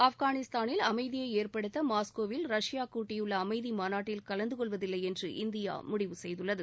ஆப்கானிஸ்தானில் அமைதியை ஏற்படுத்த மாஸ்கோவில் ரஷ்யா கூட்டியுள்ள அமைதி மாநாட்டில் கலந்து கொள்வதில்லை என்று இந்தியா முடிவு செய்துள்ளது